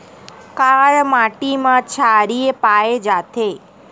का माटी मा क्षारीय पाए जाथे?